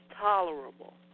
tolerable